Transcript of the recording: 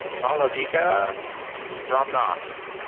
malavika ramnath,